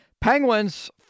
Penguins